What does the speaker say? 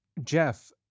Jeff